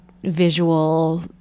visual